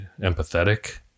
empathetic